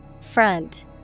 front